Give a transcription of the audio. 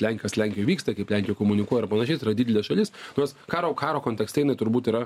lenkijo kas lenkijoj vyksta kaip lenkija komunikuoja ir panašiai tai yra didelė šalis tuos karo karo kontekste jinai turbūt yra